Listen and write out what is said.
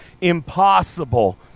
impossible